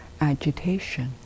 agitation